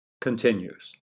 continues